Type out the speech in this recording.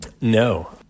No